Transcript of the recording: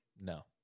No